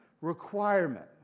requirement